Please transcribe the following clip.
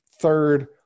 third